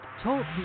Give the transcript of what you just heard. talk